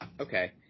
Okay